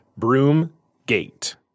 Broomgate